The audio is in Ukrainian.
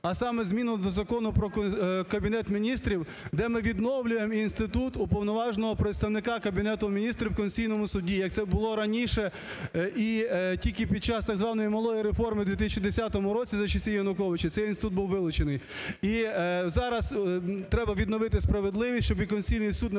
а саме зміну до Закону "Про Кабінет Міністрів", де ми відновлюємо інститут Уповноваженого представника Кабінету Міністрів у Конституційному Суді, як це було раніше. І тільки під час так званої "малої реформи" в 2010 за часів Януковича цей інститут був вилучений. І зараз треба відновити справедливість, щоб і Конституційний Суд